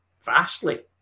vastly